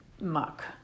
muck